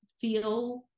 feel